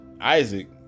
Isaac